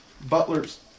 Butler's